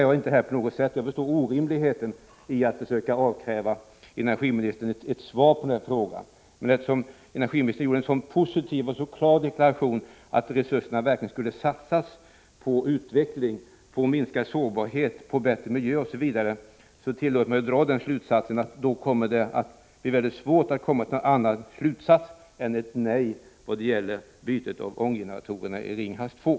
Jag förstår att det är orimligt att försöka avkräva energiministern ett svar härvidlag. Men eftersom energiministern avgav en så positiv och klar deklaration om att resurserna verkligen skulle satsas på utveckling, minskad sårbarhet, bättre miljö osv., tillåter jag mig att dra den slutsatsen att det kommer att bli väldigt svårt att komma fram till någonting annat än ett nej till ett byte av ånggeneratorerna i Ringhals 2.